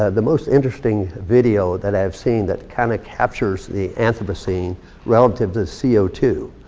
ah the most interesting video that i've seen that kind of captures the anthropocene relative to c o two.